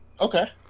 Okay